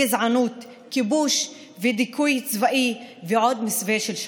גזענות, כיבוש ודיכוי צבאי, ועוד במסווה של שלום.